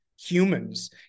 humans